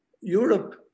Europe